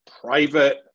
private